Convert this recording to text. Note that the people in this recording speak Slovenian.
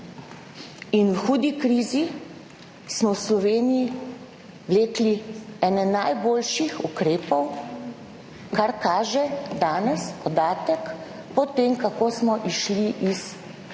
in v hudi krizi, smo v Sloveniji vlekli ene najboljših ukrepov, kar kaže danes podatek po tem, kako smo izšli iz krize